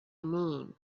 mean